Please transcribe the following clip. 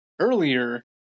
earlier